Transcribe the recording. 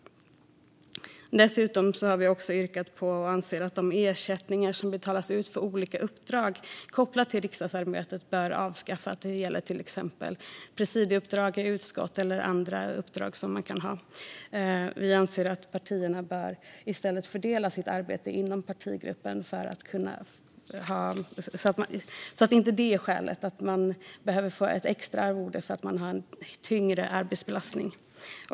Vänsterpartiet har dessutom yrkat på, och anser, att de ersättningar som betalas ut för olika uppdrag kopplade till riksdagsarbetet bör avskaffas. Det gäller till exempel presidieuppdrag i utskott. Vi anser att partierna i stället bör fördela sitt arbete inom partigruppen så att ingen behöver få extra arvode för att den har en tyngre arbetsbelastning.